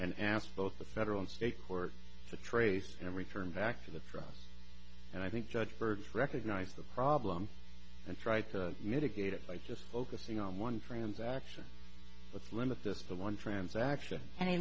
and asked both the federal and state court to trace and return back to the trust and i think judge birds recognize the problem and try to mitigate it by just focusing on one transaction let's limit this to one transaction